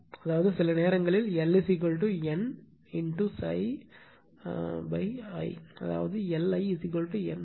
அதாவது சில நேரங்களில் L N ∅ i அதாவது Li N∅